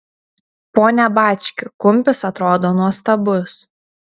pone bački kumpis atrodo nuostabus